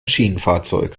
schienenfahrzeug